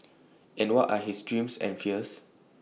and what are his dreams and fears